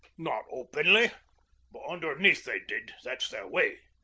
not openly but underneath they did that's their way.